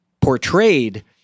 portrayed